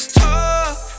talk